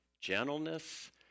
gentleness